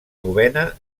novena